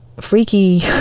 freaky